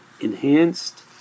enhanced